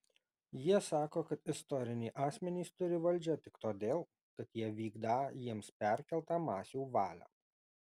jie sako kad istoriniai asmenys turį valdžią tik todėl kad jie vykdą jiems perkeltą masių valią